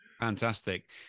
Fantastic